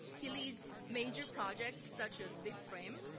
he leads major projects such as leap frame,